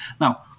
Now